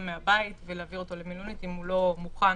מהבית ולהעביר אותו למלונית אם הוא לא מוכן,